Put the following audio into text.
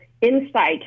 insight